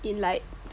in like